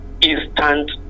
instant